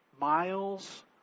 miles